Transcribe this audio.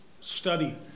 study